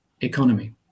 economy